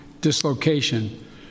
dislocation